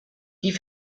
die